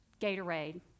Gatorade